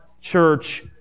church